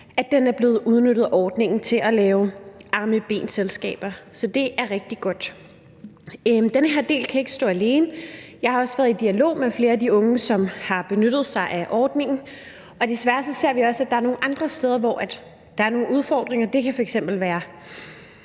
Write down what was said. at ordningen er blevet udnyttet til at lave arme og ben-selskaber – så det er rigtig godt. Den her del kan ikke stå alene. Jeg har også været i dialog med flere af de unge, som har benyttet sig af ordningen. Og desværre ser vi også, at der er nogle andre steder, hvor der er nogle udfordringer. Det kan f.eks. være